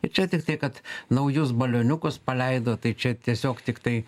ir čia tiktai kad naujus balioniukus paleido tai čia tiesiog tiktai